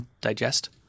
digest